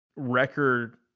Record